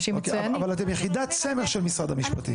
אבל אתם יחידת סמך של משרד המשפטים.